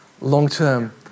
long-term